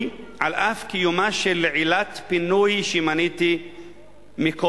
על אף קיומה של עילת פינוי שמניתי קודם.